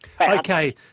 okay